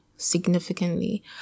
Significantly